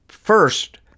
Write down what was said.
First